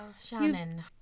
Shannon